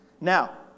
Now